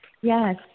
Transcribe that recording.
Yes